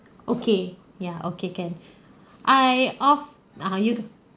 okay ya okay can I off ah you